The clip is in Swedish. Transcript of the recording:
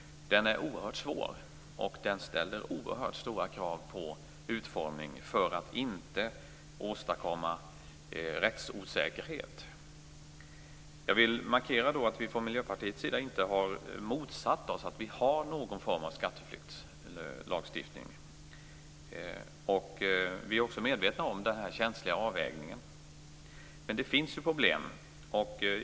Den är oerhört svår, och det ställer oerhört stora krav på utformningen för att rättsosäkerhet inte skall åstadkommas. Jag vill markera att vi från Miljöpartiets sida inte har motsatt oss att vi har någon form av skatteflyktslagstiftning. Vi är också medvetna om denna känsliga avvägning. Men det finns problem.